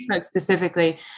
specifically